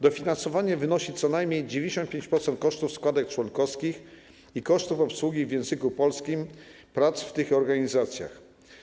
Dofinansowanie stanowi co najmniej 95% kosztów składek członkowskich i kosztów obsługi w języku polskim prac w tych organizacjach.